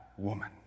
woman